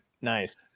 Nice